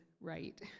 right